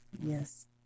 Yes